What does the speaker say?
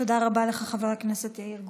תודה רבה לך, חבר הכנסת יאיר גולן.